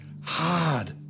hard